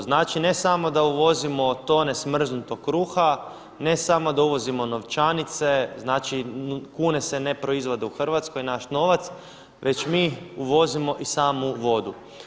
Znači, ne samo da uvozimo tone smrznutog kruha, ne samo da uvozimo novčanice, znači kune se ne proizvode u Hrvatskoj naš novac već mi uvozimo i samu vodu.